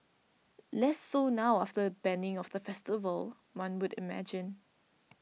less so now after the banning of the festival one would imagine